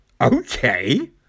okay